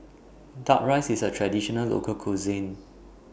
Duck Rice IS A Traditional Local Cuisine